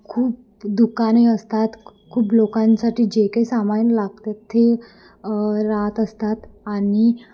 खूप दुकाने असतात खूप लोकांसाठी जे काही सामान लागतं ते राहत असतात आणि